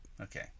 Okay